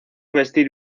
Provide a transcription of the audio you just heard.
vestir